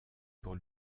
pour